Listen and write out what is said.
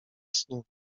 snu